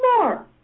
more